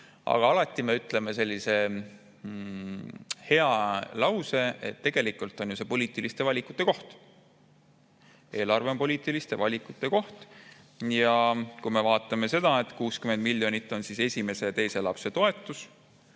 aga alati me ütleme sellise hea lause, et tegelikult on see ju poliitiliste valikute koht. Eelarve on poliitiliste valikute koht. Vaatame seda, et 60 miljonit läheb esimese ja teise lapse toetusele.